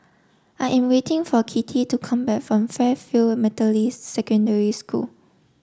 I am waiting for Kitty to come back from Fairfield Methodist Secondary School